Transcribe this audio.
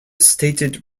stated